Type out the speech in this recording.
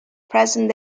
present